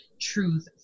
truth